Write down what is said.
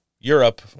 Europe